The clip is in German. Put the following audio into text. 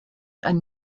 ein